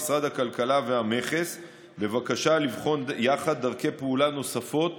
למשרד הכלכלה ולמכס בבקשה לבחון יחד דרכי פעולה נוספות